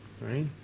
right